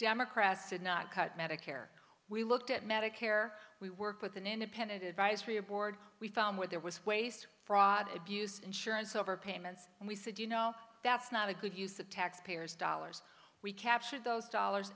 democrats did not cut medicare we looked at medicare we worked with an independent advisory board we found where there was waste fraud abuse insurance over payments and we said you know that's not a good use of taxpayers dollars we captured those dollars